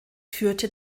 führte